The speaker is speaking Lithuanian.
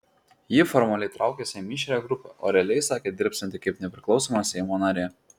ji formaliai traukiasi į mišrią grupę o realiai sakė dirbsianti kaip nepriklausoma seimo narė